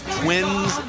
twins